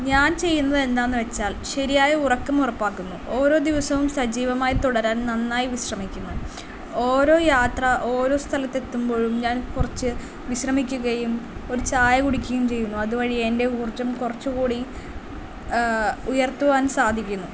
ഞാൻ ചെയ്യുന്നത് എന്താന്ന് വെച്ചാൽ ശരിയായ ഉറപ്പും ഉറപ്പാക്കുന്നു ഓരോ ദിവസവും സജീവമായി തുടരാൻ നന്നായി വിശ്രമിക്കുന്നു ഓരോ യാത്ര ഓരോ സ്ഥലത്ത് എത്തുമ്പോഴും ഞാൻ കുറച്ച് വിശ്രമിക്കുകയും ഒരു ചായ കുടിക്കുകയും ചെയ്യുന്നു അതുവഴി എൻ്റെ ഊർജ്ജം കുറച്ചുകൂടി ഉയർത്തുവാൻ സാധിക്കുന്നു